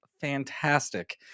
fantastic